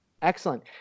Excellent